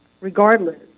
regardless